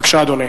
בבקשה, אדוני.